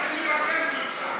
אני מבקש ממך.